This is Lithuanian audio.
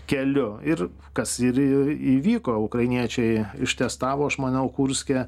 keliu ir kas ir įvyko ukrainiečiai ištestavo aš manau kurske